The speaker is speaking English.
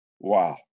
Wow